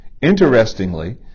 Interestingly